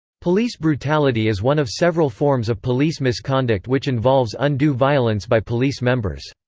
police brutality is one of several forms of police misconduct which involves undue violence by police members.